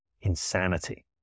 insanity